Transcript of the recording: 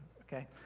okay